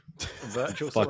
Virtual